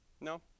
No